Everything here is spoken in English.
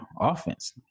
offense